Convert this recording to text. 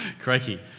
Crikey